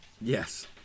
Yes